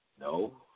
No